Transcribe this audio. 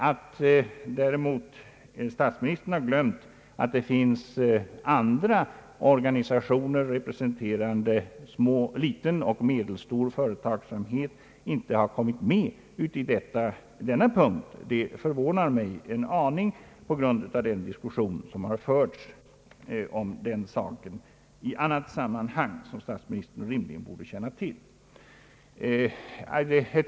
Att däremot statsministern har glömt att det finns andra organisationer representerande liten och medelstor företagsamhet, som inte har kommit med i denna punkt, förvånar mig en aning på grund av den diskussion som i annat sammanhang förts i frågan och som statsministern rimligen borde känna till.